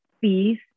peace